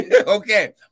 Okay